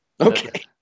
Okay